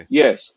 yes